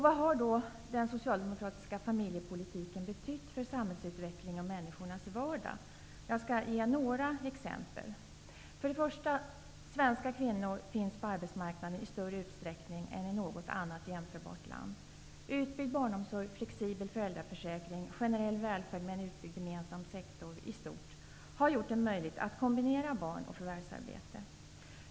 Vad har då den socialdemokratiska familjepolitiken betytt för samhällsutvecklingen och människornas vardag? Jag skall ge några exempel. För det första: Svenska kvinnor finns på arbetsmarknaden i större utsträckning än i något annat jämförbart land. Utbyggd barnomsorg, flexibel föräldraförsäkring, generell välfärd med en utbyggd gemensam sektor i stort har gjort det möjligt att kombinera barn och förvärvsarbete.